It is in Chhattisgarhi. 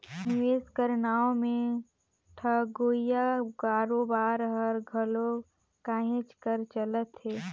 निवेस कर नांव में ठगोइया कारोबार हर घलो कहेच कर चलत हे